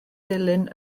dilyn